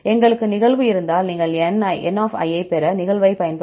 எங்களுக்கு நிகழ்வு இருந்தால் நீங்கள் n ஐப் பெற நிகழ்வைப் பயன்படுத்தலாம்